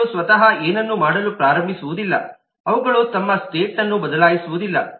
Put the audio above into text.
ಅವುಗಳು ಸ್ವತಃ ಏನನ್ನೂ ಮಾಡಲು ಪ್ರಾರಂಭಿಸುವುದಿಲ್ಲ ಅವುಗಳು ತಮ್ಮ ಸ್ಟೇಟ್ಅನ್ನು ಬದಲಾಯಿಸುವುದಿಲ್ಲ